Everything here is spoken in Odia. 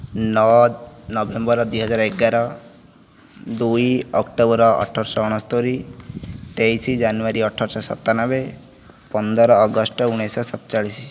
ନଅ ନଭେମ୍ବର ଦୁଇହଜାର ଏଗାର ଦୁଇ ଅକ୍ଟୋବର ଅଠରଶହ ଅଣସ୍ତୋରି ତେଇଶି ଜାନୁଆରୀ ଅଠରଶହ ସତାନବେ ପନ୍ଦର ଅଗଷ୍ଟ ଉଣେଇଶିଶହ ସତଚାଳିଶି